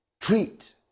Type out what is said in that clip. treat